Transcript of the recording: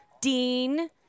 Dean